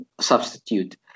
Substitute